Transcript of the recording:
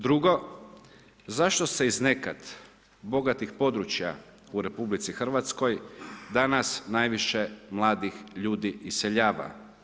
Drugo, zašto se iz nekad bogatih područja u RH danas najviše mladih ljudi iseljava?